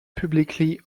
publicly